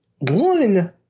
one